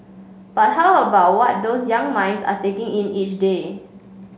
but how about what those young minds are taking in each day